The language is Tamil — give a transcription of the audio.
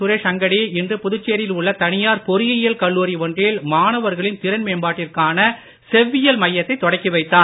சுரேஷ் அங்கடி இன்று புதுச்சேரியில் உள்ள தனியார் பொறியியல் கல்லூரி ஒன்றில் மாணவர்களின் திறன் மேம்பாட்டிற்கான செவ்வியல் மையத்தைத் தொடக்கி வைத்தார்